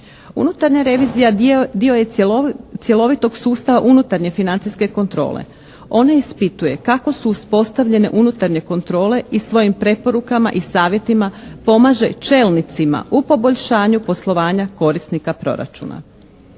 Unutarnja revizija dio je cjelovitog sustava unutarnje financijske kontrole. Ona ispituje kako su uspostavljene unutarnje kontrole i svojim preporukama i savjetima pomaže čelnicima u poboljšanju poslovanja korisnika proračuna.